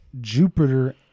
Jupiter